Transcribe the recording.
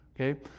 Okay